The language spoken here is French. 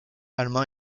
allemand